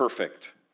Perfect